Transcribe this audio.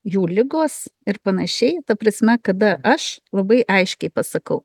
jų ligos ir panašiai ta prasme kada aš labai aiškiai pasakau